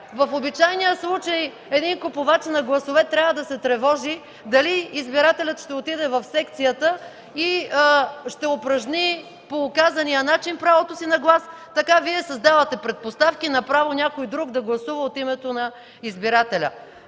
В обичайния случай един купувач на гласове трябва да се тревожи дали избирателят ще отиде в секцията и ще упражни по указания начин правото си на глас! Така Вие създавате предпоставки направо някой друг да гласува от името на избирателя.